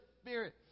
Spirit